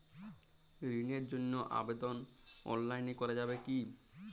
ঋণের জন্য আবেদন অনলাইনে করা যাবে কি?